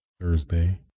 Thursday